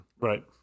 right